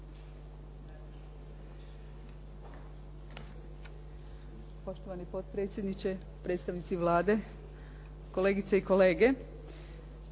Poštovani potpredsjedniče, predstavnici Vlade, kolegice i kolege.